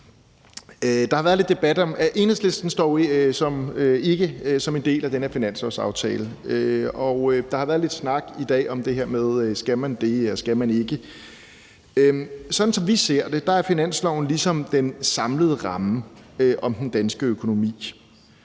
Der har været lidt debat om, at Enhedslisten ikke står som en del af den her finanslovsaftale, og der har været lidt snak i dag om det her med: Skal man det, eller skal man det ikke? Sådan som vi ser det, er finansloven den samlede ramme om den danske økonomi,